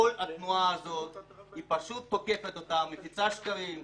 כל התנועה הזאת פשוט תוקפת אותנו, מפיצה שקרים.